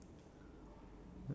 yup